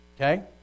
okay